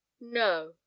no